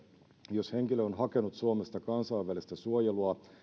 jos henkilö on hakenut suomesta kansainvälistä suojelua